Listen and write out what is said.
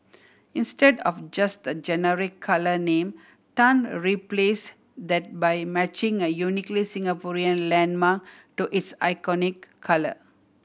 instead of just a generic colour name Tan replace that by matching a uniquely Singaporean landmark to its iconic colour